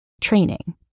training